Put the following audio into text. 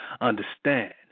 understand